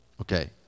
okay